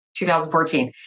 2014